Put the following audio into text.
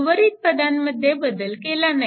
उर्वरित पदांमध्ये बदल केला नाही